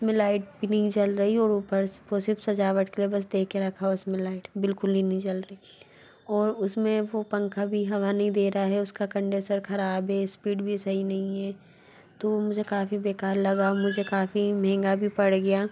उस में लाइट भी नहीं जल रही और ऊपर से वो सिर्फ़ सजावट के लिए बस दे के रखा हो उस में लाइट बिल्कुल ही नहीं जल रही और उस में वो पंखा भी हवा नहीं दे रहा हैं उसका कंडेसर ख़राब है स्पीड भी सही नहीं है तो मुझे काफ़ी बेकार लगा मुझे काफ़ी महंगा भी पड़ गया